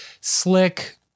slick